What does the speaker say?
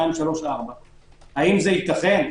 האם זה ייתכן?